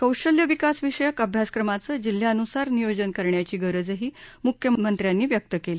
कौशल्य विकासविषयक अभ्यासक्रमांचं जिल्ह्यान्सार नियोजन करण्याची गरजही मुख्यमंत्र्यांनी व्यक्त केली